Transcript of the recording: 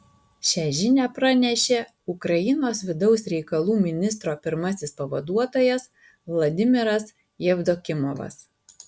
šią žinią pranešė ukrainos vidaus reikalų ministro pirmasis pavaduotojas vladimiras jevdokimovas